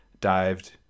dived